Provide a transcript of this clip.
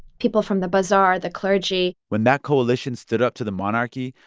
people from the bazaar, the clergy when that coalition stood up to the monarchy,